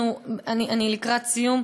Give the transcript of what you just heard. אני לקראת סיום.